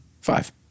five